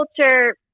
culture